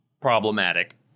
problematic